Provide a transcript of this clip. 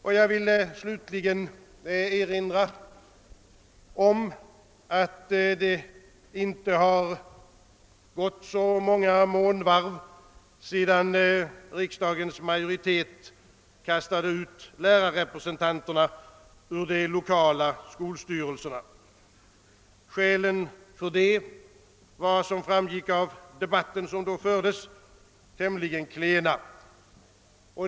Slutligen vill jag erinra om att det inte har gått så många månvarv sedan riksdagens majoritet kastade ut lärarrepresentanterna ur de lokala skolstyrelserna. Skälen för det var, som framgick av den debatt som då fördes, tämligen klena.